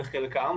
וחלקם,